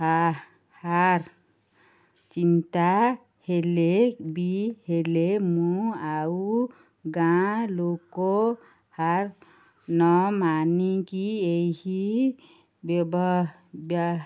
ଚିନ୍ତା ହେଲେ ବି ହେଲେ ମୁଁ ଆଉ ଗାଁ ଲୋକ ହାର୍ ନ ମାନିକି ଏହି